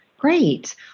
Great